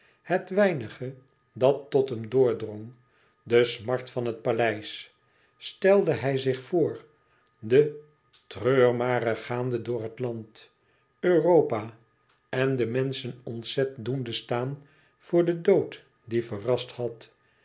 het weinige dat tot hem doordrong de smart van het paleis stelde hij zich voor de treurmare gaande door het land europa en de menschen ontzet doende staan voor den dood die verrast had